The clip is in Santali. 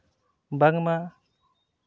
ᱵᱟᱝᱢᱟ